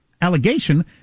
allegation